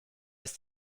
ist